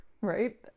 right